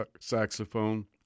saxophone